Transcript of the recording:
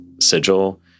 sigil